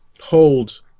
hold